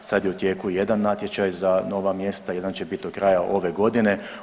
Sad je u tijeku jedan natječaj za nova mjesta i jedan će bit do kraja ove godine.